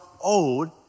old